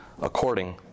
according